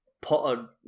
Potter